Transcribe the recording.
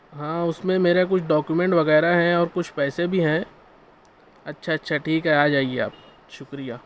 ہاں اس میں میرے کچھ ڈاکیومینٹ وغیرہ ہیں اور کچھ پیسے بھی ہیں اچّھا اچّھا ٹھیک ہے آ جائیے آپ شکریہ